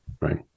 Right